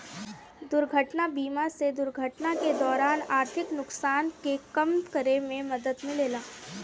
दुर्घटना बीमा से दुर्घटना के दौरान आर्थिक नुकसान के कम करे में मदद मिलेला